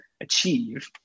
achieve